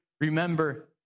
remember